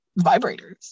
vibrators